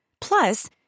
Plus